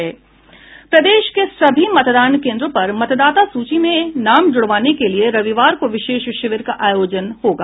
प्रदेश के सभी मतदान केन्द्रों पर मतदाता सूची में नाम जूड़वाने के लिये रविवार को विशेष शिविर का आयोजन होगा